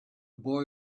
boy